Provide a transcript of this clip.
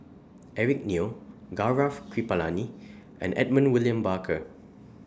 Eric Neo Gaurav Kripalani and Edmund William Barker